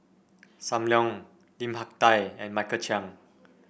Sam Leong Lim Hak Tai and Michael Chiang